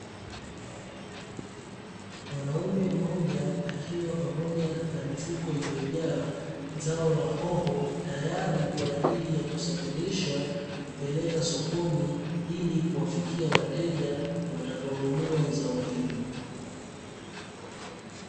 Mwanaume mmoja akiwa pamoja na mifuko iliyojaa zao la hoho tayari kwa ajili ya kusafirisha kupeleka sokoni, ili kuwafikia wateja watakao nunua zao hilo.